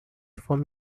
from